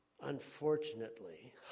Unfortunately